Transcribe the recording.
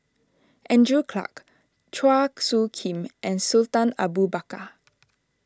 Andrew Clarke Chua Soo Khim and Sultan Abu Bakar